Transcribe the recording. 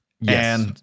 Yes